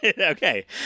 okay